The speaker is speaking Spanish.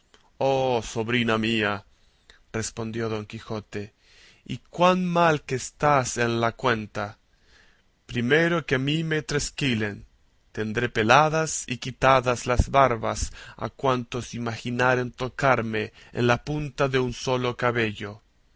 oh sobrina mía respondió don quijote y cuán mal que estás en la cuenta primero que a mí me tresquilen tendré peladas y quitadas las barbas a cuantos imaginaren tocarme en la punta de un solo cabello